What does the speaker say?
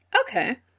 Okay